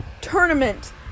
tournament